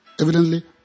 Evidently